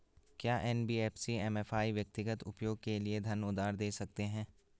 क्या NBFC MFI व्यक्तिगत उपयोग के लिए धन उधार दें सकते हैं?